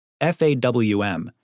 FAWM